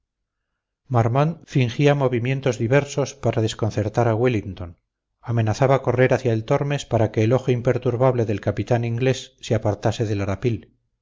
marmont fingía movimientos diversos para desconcertar a wellington amenazaba correr hacia el tormes para que el ojo imperturbable del capitán inglés se apartase del arapil